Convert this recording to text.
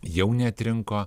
jau neatrinko